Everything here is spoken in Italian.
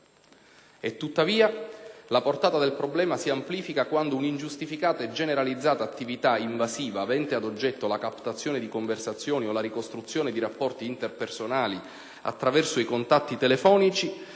Tuttavia, la portata del problema si amplifica quando un'ingiustificata e generalizzata attività invasiva, avente ad oggetto la captazione di conversazioni o la ricostruzione di rapporti interpersonali attraverso i contatti telefonici,